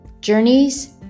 Journeys